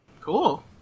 Cool